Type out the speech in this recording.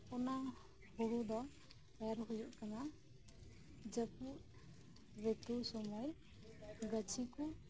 ᱚᱱᱟ ᱦᱩᱲᱩ ᱫᱚ ᱮᱨ ᱦᱩᱭᱩᱜ ᱠᱟᱱᱟ ᱡᱟᱹᱯᱩᱛ ᱨᱤᱛᱩ ᱥᱩᱢᱟᱹᱭ ᱜᱟᱹᱪᱷᱤᱠᱩ